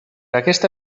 aquesta